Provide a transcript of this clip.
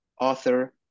author